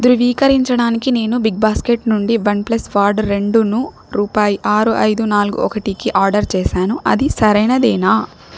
ధృవీకరించడానికి నేను big basket నుండి వన్ ప్లస్ ఫాడ్ రెండును రూపాయలు ఆరు ఐదు నాలుగు ఒకటికి ఆడర్ చేసాను అది సరైనదేనా